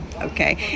okay